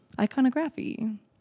Iconography